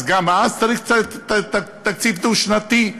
גם אז צריך תקציב דו-שנתי?